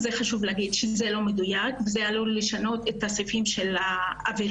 חשוב להגיד שזה לא מדויק וזה עלול לשנות את הסעיפים של העבירה.